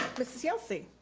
mrs. yelsey